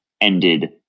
ended